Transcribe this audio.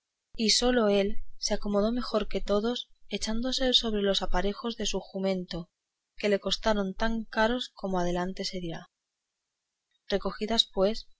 y sólo él se acomodó mejor que todos echándose sobre los aparejos de su jumento que le costaron tan caros como adelante se dirá recogidas pues